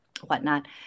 whatnot